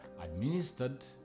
administered